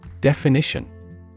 Definition